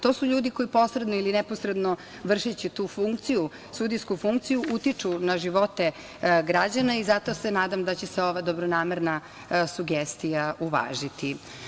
To su ljudi koji posredno ili neposredno, vršeći tu funkciju, sudijsku funkciju, utiču na živote građana i zato se nadam da će se ova dobronamerna sugestija uvažiti.